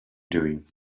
doing